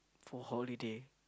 for holiday